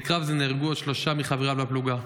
בקרב זה נהרגו עוד שלושה מחבריו לפלוגה.